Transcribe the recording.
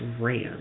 ran